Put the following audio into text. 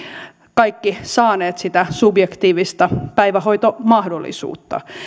kaikki saaneet sitä subjektiivista päivähoitomahdollisuutta